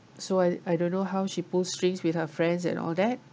so I I don't know how she pulled strings with her friends and all that